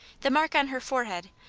the mark on her forehead,